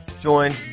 Joined